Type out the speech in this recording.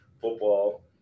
football